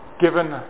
given